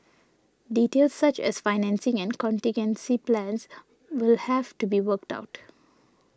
details such as financing and contingency plans will have to be worked out